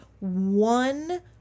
one